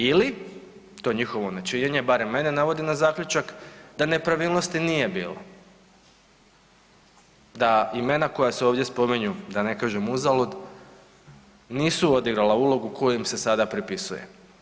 Ili to njihovo nečinjenje, barem mene navodi na zaključak, da nepravilnosti nije bilo, da imena koja se ovdje spominju, da ne kažem uzalud, nisu odigrala ulogu koja im se sada pripisuje.